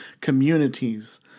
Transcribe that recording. communities